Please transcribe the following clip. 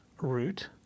root